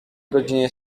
godzinie